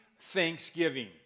Thanksgiving